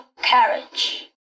carriage